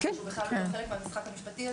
ככה שהוא בכלל לא חלק מהמשחק המשפטי הזה.